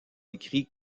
écrit